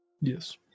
Yes